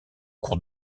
cours